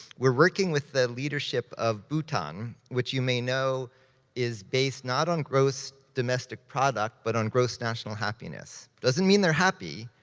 we're working with the leadership of bhutan, which you may know is based not on gross domestic product, but on gross national happiness. doesn't mean they're happy,